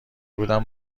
بودم